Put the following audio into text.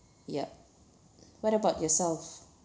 yup what about yourself